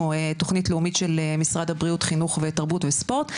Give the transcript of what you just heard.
שהיא תוכנית לאומית של משרד הבריאות-חינוך-תרבות וספורט,